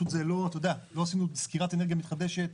פשוט לא עשינו סקירת אנרגיה מתחדשת.